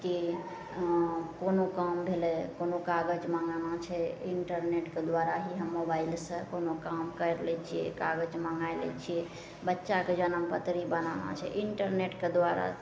कि हँ कोनो काम भेलै कोनो कागज मँगाना छै इन्टरनेटके द्वारा ही हम मोबाइलेसे कोनो काम करि लै छिए कागज मँगै लै छिए बच्चाके जनमपत्री बनाना छै इन्टरनेटके द्वारा